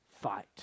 fight